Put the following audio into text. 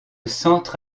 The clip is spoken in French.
centre